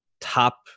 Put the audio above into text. top